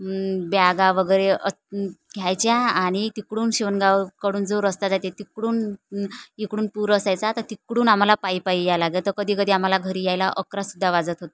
ब्यागा वगैरे घ्यायच्या आणि तिकडून शिवणगावकडून जो रस्ता जाते तिकडून इकडून पूर असायचा तर तिकडून आम्हाला पायी पायी याय लागे तर कधी कधी आम्हाला घरी यायला अकरा सुद्धा वाजत होते